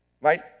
Right